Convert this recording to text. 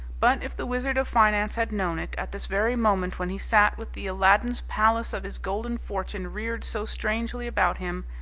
but, if the wizard of finance had known it, at this very moment when he sat with the aladdin's palace of his golden fortune reared so strangely about him,